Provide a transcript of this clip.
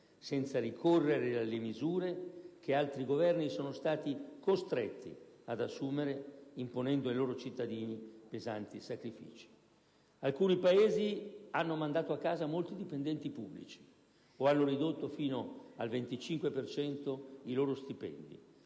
senza ricorrere alle misure che altri Governi sono stati costretti ad assumere, imponendo ai loro cittadini pesanti sacrifici. Alcuni Paesi hanno mandato a casa molti dipendenti pubblici o hanno ridotto fino al 25 per cento i loro stipendi;